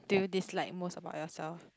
do you dis like most about yourself